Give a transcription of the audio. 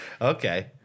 Okay